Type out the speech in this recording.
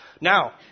Now